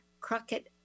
Crockett